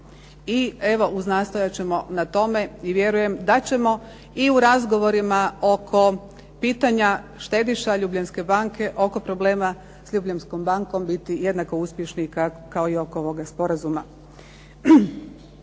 I evo uznastojat ćemo na tome, i vjerujem da ćemo i u razgovorima oko pitanja štediša Ljubljanske banke, oko problema s Ljubljanskom bankom biti jednako uspješni kao i oko ovoga sporazuma.